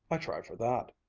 i try for that.